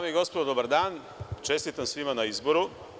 Dame i gospodo dobar dan, čestitam svima na izboru.